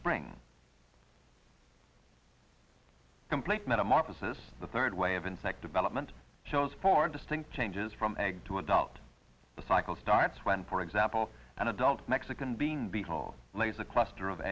spring complete metamorphosis the third way of insect development shows four distinct changes from egg to adult the cycle starts when for example an adult mexican being beagle lays a cluster of